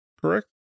correct